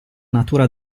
natura